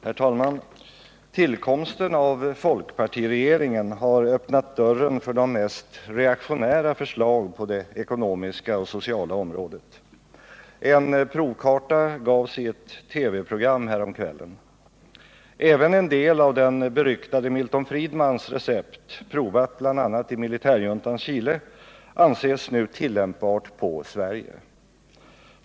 Herr talman! Tillkomsten av folkpartiregeringen har öppnat dörren för de mest reaktionära förslag på det ekonomiska och sociala området. En provkarta gavs i ett TV-program häromkvällen. Även en del av den beryktade Milton Friedmans recept, provat bl.a. i militärjuntans Chile, anses nu tillämpbart på Sverige.